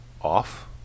off